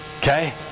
okay